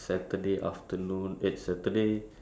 go to school work that's it only ah